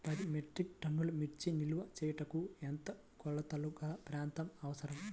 పది మెట్రిక్ టన్నుల మిర్చి నిల్వ చేయుటకు ఎంత కోలతగల ప్రాంతం అవసరం?